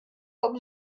vom